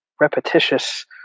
repetitious